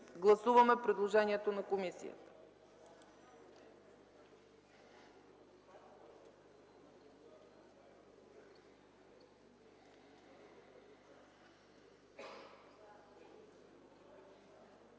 а това е предложението на комисията.